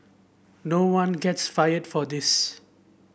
no one gets fired for this